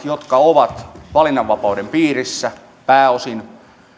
jotka ovat valinnanvapauden piirissä pääosin